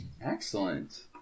Excellent